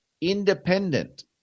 independent